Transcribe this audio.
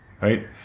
right